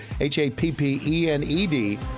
H-A-P-P-E-N-E-D